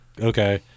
okay